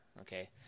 okay